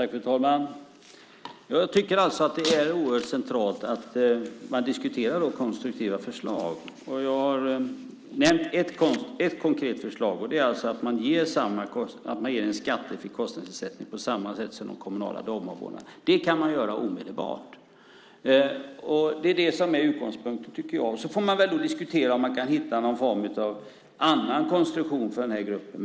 Fru talman! Jag tycker alltså att det är oerhört centralt att man diskuterar konstruktiva förslag. Jag har nämnt ett konkret förslag. Det är att man ger en skattefri kostnadsersättning på samma sätt som till de kommunala dagbarnvårdarna. Det kan man göra omedelbart. Det är det som jag tycker är utgångspunkten. Sedan får man diskutera om man kan hitta någon form av annan konstruktion för den här gruppen.